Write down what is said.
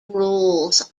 rules